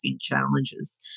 challenges